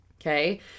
Okay